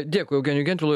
dėkui eugenijui gentvilui